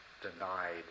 denied